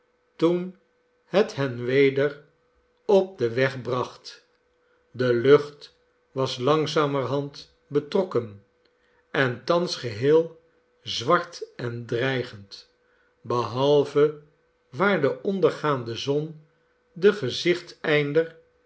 toen het hen weder op den weg bracht de lucht was langzamerhand betrokken en thans geheel zwart en dreigend behalve waar de ondergaande zon den gezichteinder